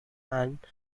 and